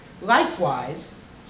Likewise